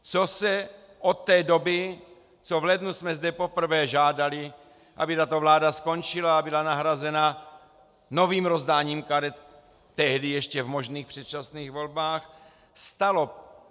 Co se od té doby, co v lednu jsme zde poprvé žádali, aby tato vláda skončila a byla nahrazena novým rozdáním karet tehdy ještě v možných předčasných volbách, stalo?